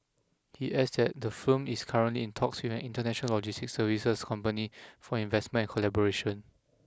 he adds that the firm is currently in talks with an international logistics services company for investment and collaboration